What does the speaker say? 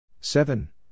seven